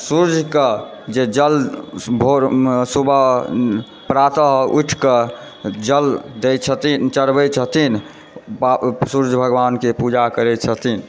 सूर्यक जे जल भोरमे सुबह प्रातः उठिक जल दए छथिन चढ़बय छथिन सूर्य भगवानके पूजा करय छथिन